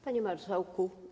Panie Marszałku!